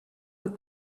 with